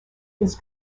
his